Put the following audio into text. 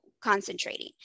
concentrating